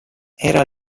era